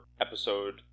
episode